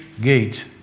gate